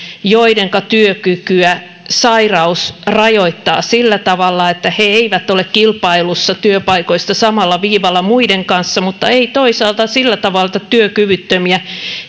joidenka työkykyä sairaus rajoittaa sillä tavalla että he eivät ole kilpailussa työpaikoista samalla viivalla muiden kanssa mutta eivät toisaalta sillä tavalla työkyvyttömiä